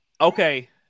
Okay